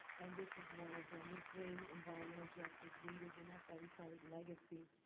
and this was one of them. we bring environmental justice leaders, and that's why we call it legacy.